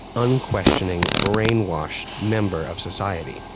unquestioning, brainwashed member of society.